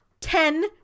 ten